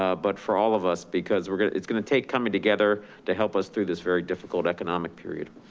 ah but for all of us, because we're gonna, it's gonna take coming together to help us through this very difficult economic period.